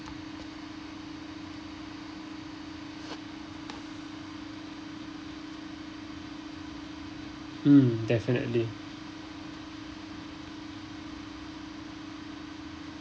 mm definitely